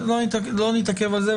לא נתעכב על זה,